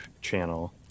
channel